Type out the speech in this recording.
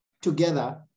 together